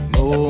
no